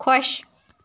خۄش